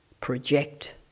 project